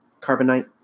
carbonite